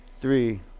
three